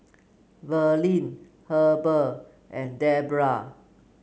Verlie Heber and Debra